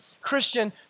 Christian